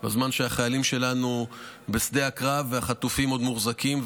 בזמן שהחיילים שלנו בשדה הקרב והחטופים עוד מוחזקים,